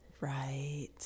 Right